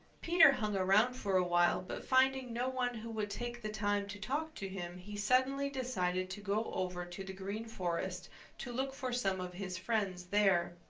peter hung around for a while but finding no one who would take the time to talk to him he suddenly decided to go over to the green forest to look for some of his friends there.